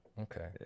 okay